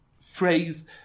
phrase